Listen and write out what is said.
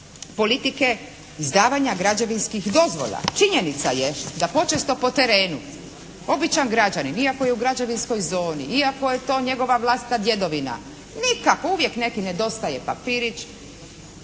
politike izdavanja građevinskih dozvola. Činjenica je da počesto po terenu običan građanin ako je u građevinskoj zoni, iako je to njegova vlastita djedovina nikak, uvijek neki nedostaje papirić,